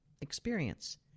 experience